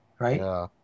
Right